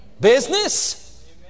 Business